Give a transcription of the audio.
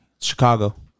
Chicago